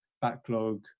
backlog